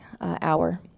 hour